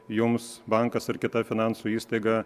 jums bankas ar kita finansų įstaiga